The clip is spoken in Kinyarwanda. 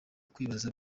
kwibaza